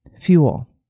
fuel